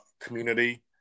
community